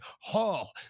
hall